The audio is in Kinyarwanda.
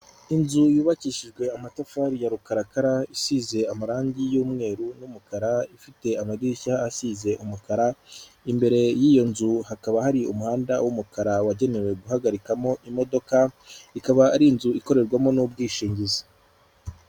Inzu yubakishijwe amatafari ya rukarakara isize amarangi y'umweru n'umukara ifite amadirishya asize umukara, imbere y'iyo nzu hakaba hari umuhanda w'umukara wagenewe guhagarikamo imodoka, ikaba ari inzu ikorerwamo n'ubwishingizi.